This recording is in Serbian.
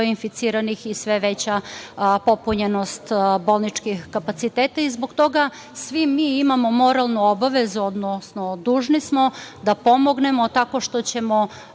inficiranih i sve veća popunjenost bolničkih kapaciteta. Zbog toga svi mi imamo moralnu obavezu, odnosno dužni smo da pomognemo tako što ćemo